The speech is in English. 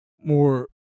more